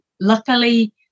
Luckily